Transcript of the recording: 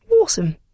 Awesome